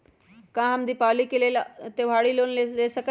का हम दीपावली के लेल त्योहारी लोन ले सकई?